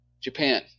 Japan